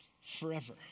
forever